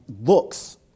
looks